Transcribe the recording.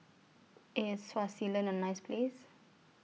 IS Swaziland A nice Place